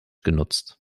genutzt